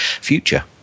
future